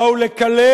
באו לקלל,